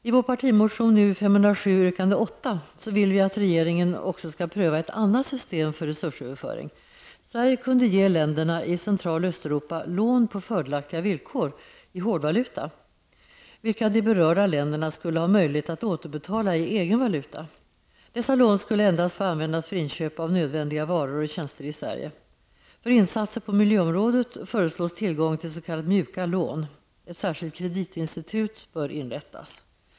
I vår partimotion U507, yrkande 8, vill vi att regeringen också skall pröva ett annat system för resursöverföring. Sverige kunde ge länderna i Central och Östeuropa lån på fördelaktiga villkor i hårdvaluta. Vilket de berörda länderna skulle ha möjlighet att återbetala i egen valuta. Dessa lån skulle endast få användas för inköp av nödvändiga varor och tjänster i Sverige. För insatser på miljöområdet föreslås tillgång till s.k. mjuka lån. Ett särskilt kreditinstitut bör inrättas.